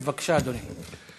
בבקשה, אדוני.